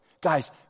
guys